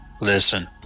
Listen